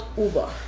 Uber